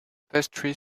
pastry